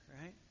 right